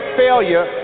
failure